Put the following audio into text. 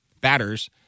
batters